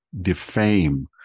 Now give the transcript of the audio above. defame